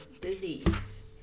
disease